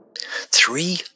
three